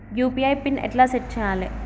UPI PIN ఎట్లా set చేయాలే?